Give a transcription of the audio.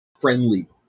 friendly